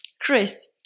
Chris